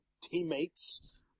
teammates